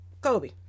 Kobe